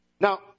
Now